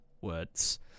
Words